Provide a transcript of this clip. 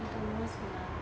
I don't know sia